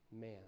man